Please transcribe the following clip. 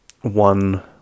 one